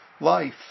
life